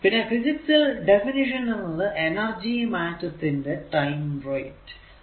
പിന്നെ ഫിസിക്സ് ൽ ഡെഫിനിഷൻ എന്നത് എനർജി മാറ്റത്തിന്റെ ടൈം റേറ്റ് ആണ്